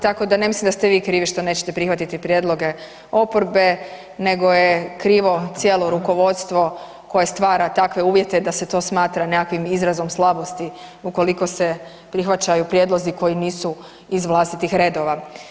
Tako da ne mislim da ste vi krivi što nećete prihvatiti prijedloge oporbe, nego je krivo cijelo rukovodstvo koje stvara takve uvjete da se to smatra nekakvim izrazom slabosti ukoliko se prihvaćaju prijedlozi koji nisu iz vlastitih redova.